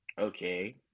Okay